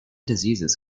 diseases